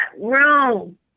room